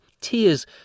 Tears